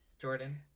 Jordan